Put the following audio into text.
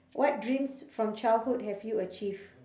what dreams from childhood have you achieve